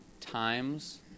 times